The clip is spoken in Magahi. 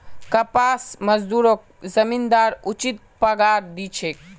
कपास मजदूरक जमींदार उचित पगार दी छेक